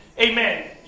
Amen